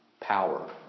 power